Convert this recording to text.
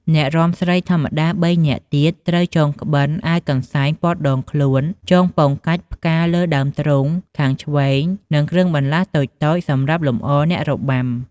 អ្នករាំស្រីធម្មតា៣នាក់ទៀត ត្រូវចងក្បិន អាវ កន្សែងព័ត្ធដងខ្លួនចងពង់កាច់ផ្កាលើដើមទ្រូងខាងឆ្វេង និងគ្រឿងបន្លាស់តូចៗសម្រាប់លម្អអ្នករបាំ។